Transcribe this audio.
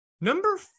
Number